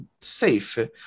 safe